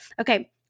Okay